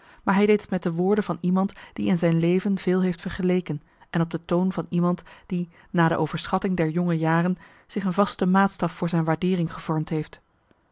maar hij deed het met de woorden van iemand die in zijn leven veel heeft vergeleken en op de toon van iemand die na de overschatting der jonge jaren zich een vaste maatstaf voor zijn waardeering gevormd heeft